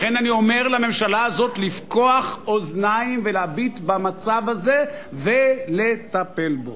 לכן אני אומר לממשלה הזאת לפקוח אוזניים ולהביט במצב הזה ולטפל בו.